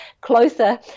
closer